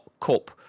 cup